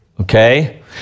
okay